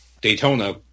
Daytona